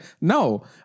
no